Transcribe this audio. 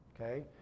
okay